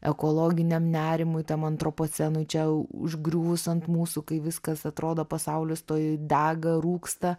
ekologiniam nerimui tam antropocenui čia užgriuvus ant mūsų kai viskas atrodo pasaulis tuoj dega rūksta